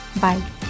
Bye